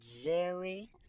Jerry